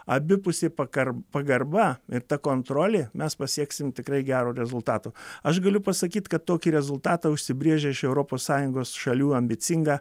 abipusė pagar pagarba ir ta kontrolė mes pasieksim tikrai gero rezultato aš galiu pasakyt kad tokį rezultatą užsibrėžė iš europos sąjungos šalių ambicinga